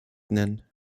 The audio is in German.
nennen